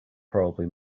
probably